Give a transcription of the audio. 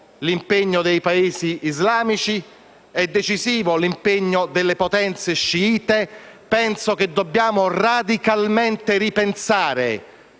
l'impegno dei Paesi islamici e l'impegno delle potenze sciite. Dobbiamo radicalmente ripensare